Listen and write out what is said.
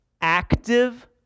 active